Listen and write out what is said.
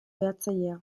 behatzailea